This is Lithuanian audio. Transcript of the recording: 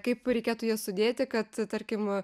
kaip reikėtų jas sudėti kad tarkim